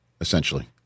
Essentially